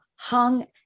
hung